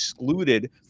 excluded